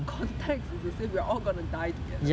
the context is the same we're all gonna die together